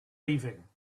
leaving